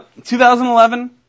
2011